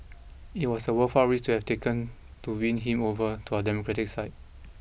it was a worthwhile risk to have taken to win him over to our democratic side